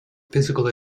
physical